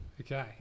Okay